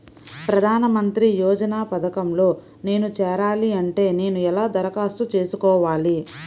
ప్రధాన మంత్రి యోజన పథకంలో నేను చేరాలి అంటే నేను ఎలా దరఖాస్తు చేసుకోవాలి?